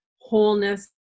wholeness